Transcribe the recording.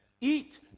eat